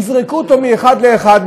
יזרקו אותו מאחד לאחד,